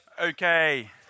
Okay